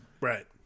right